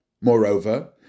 Moreover